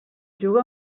juga